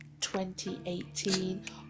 2018